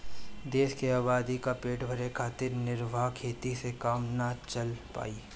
देश के आबादी क पेट भरे खातिर निर्वाह खेती से काम ना चल पाई